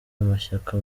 amashyaka